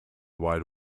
wide